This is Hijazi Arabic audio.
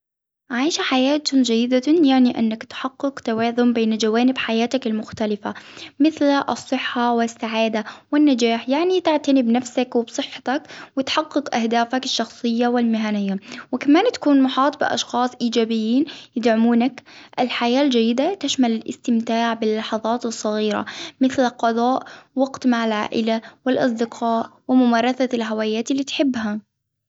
عايشة حياة جيدة يعني إنك تحقق توازن بين جوانب حياتك المختلفة، مثل الصحة والسعادة والنجاح، يعني تعتني بنفسك وبصحتك وتحقق أهدافك الشخصية والمهنية، و كمان تكون محاط بأشخاص إيجابيين يدعمونك، الحياة الجيدة تشمل الإستمتاع بالحظات الصغيرة، مثل قضاء وقت مع العائلة والاصدقاء، وممارسة الهويات اللي تحبها.